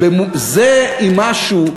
זה ישראבלוף.